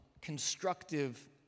constructive